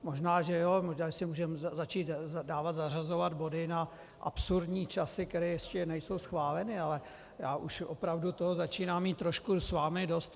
Možná že jo, možná že si můžeme začít dávat zařazovat body na absurdní časy, které ještě nejsou schváleny, ale já už opravdu toho začínám mít trochu s vámi dost.